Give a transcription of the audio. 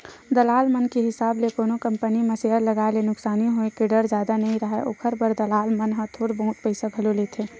दलाल मन के हिसाब ले कोनो कंपनी म सेयर लगाए ले नुकसानी होय के डर जादा नइ राहय, ओखर बर दलाल मन ह थोर बहुत पइसा घलो लेथें